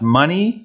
money